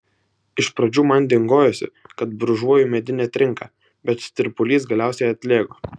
iš pradžių man dingojosi kad brūžuoju medinę trinką bet tirpulys galiausiai atlėgo